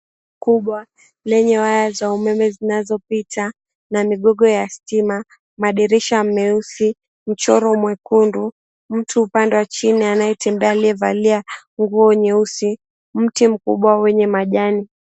Kubwa lenye waya za umeme zinazopita na migogo ya stima, madirisha meusi mchoro mwekundu, mtu upande wa chini anayetembea aliyevalia nguo nyeusi, mti mkubwa wenye majani.